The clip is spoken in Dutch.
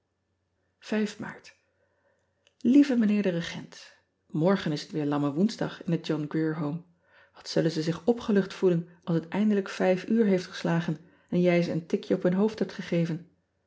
aart ieve ijnheer de egent orgen is het weer amme oensdag in het ohn rier ome at zullen ze zich opgelucht voelen als het eindelijk uur heeft geslagen en jij ze een tikje op hun hoofd hebt gegeven